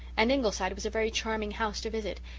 and ingleside was a very charming house to visit,